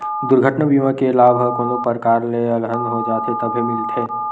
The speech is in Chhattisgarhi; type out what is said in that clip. दुरघटना बीमा के लाभ ह कोनो परकार ले अलहन हो जाथे तभे मिलथे